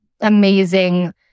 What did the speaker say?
amazing